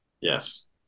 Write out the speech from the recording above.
Yes